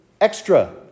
extra